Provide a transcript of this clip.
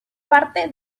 parte